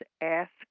Ask